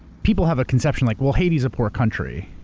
people have a conception like, well, haiti's a poor country.